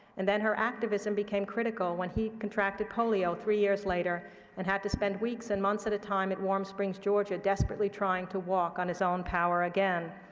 and then her activism became critical when he contracted polio three years later and had to spend weeks and months at a time at warm springs, georgia, desperately trying to walk on his own power again.